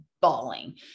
bawling